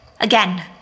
again